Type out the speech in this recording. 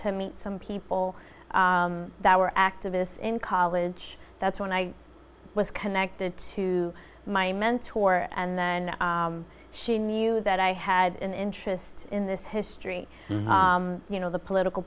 to meet some people that were activists in college that's when i was connected to my mentor and then she knew that i had an interest in this history you know the political